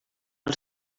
els